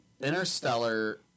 Interstellar